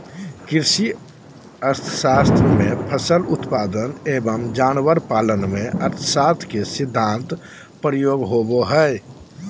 कृषि अर्थशास्त्र में फसल उत्पादन एवं जानवर पालन में अर्थशास्त्र के सिद्धान्त प्रयोग होबो हइ